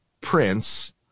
prince